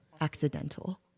accidental